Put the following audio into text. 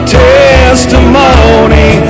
testimony